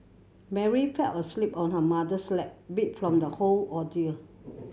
Mary fell asleep on her mother's lap beat from the whole ordeal